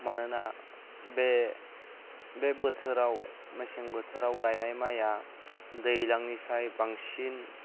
मानोना बे बे बोथोराव मेसें बोथोराव गायनाय माया दैज्लांनिसाय बांसिन